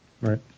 right